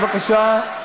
בבקשה.